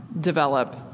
develop